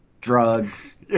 drugs